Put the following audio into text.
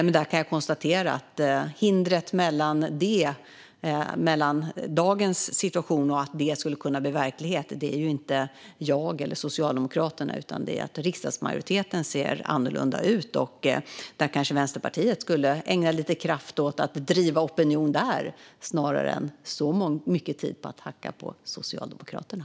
Men jag kan konstatera att hindret mellan dagens situation och att detta skulle kunna bli verklighet inte är jag eller Socialdemokraterna, utan det är att riksdagsmajoriteten ser annorlunda ut. Vänsterpartiet kanske skulle ägna lite kraft åt att driva opinion där snarare än att ägna så mycket tid åt att hacka på Socialdemokraterna.